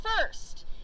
first